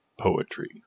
Poetry